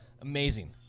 amazing